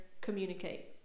communicate